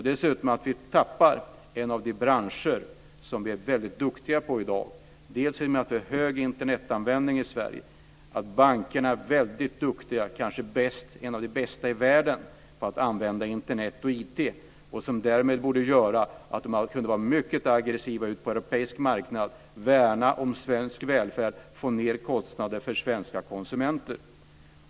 Dessutom tappar vi en av de branscher som vi är väldigt duktiga på i dag i och med att vi har en stor Internetanvändning i Sverige och att bankerna är väldigt duktiga, kanske några av de bästa i världen, på att använda Internet och IT, vilket borde göra att de skulle kunna vara mycket aggressiva ute på en europeisk marknad, värna om svensk välfärd och få ned kostnader för svenska konsumenter.